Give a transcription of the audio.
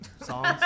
Songs